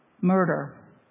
murder